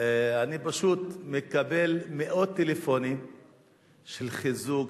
אני פשוט מקבל מאות טלפונים של חיזוק,